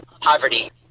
poverty